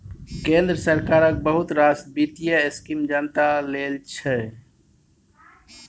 केंद्र सरकारक बहुत रास बित्तीय स्कीम जनता लेल छै